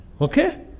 Okay